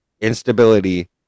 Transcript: instability